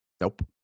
Nope